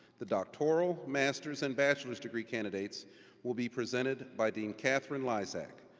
the doctoral, masters and bachelor degree candidates will be presented by dean catherine lysack.